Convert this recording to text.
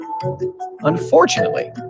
Unfortunately